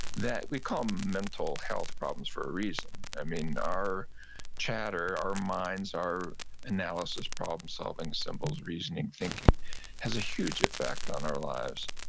that we call mental health problems for a reason. i mean, our chatter, our minds, our analysis, problem solving, symbols, reasoning, thinking has a huge effect on our lives.